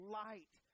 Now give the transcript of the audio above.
light